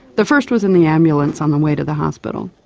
the first was in the ambulance on the way to the hospital.